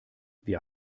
wir